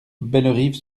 bellerive